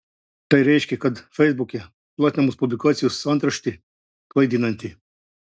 tai reiškia kad feisbuke platinamos publikacijos antraštė klaidinanti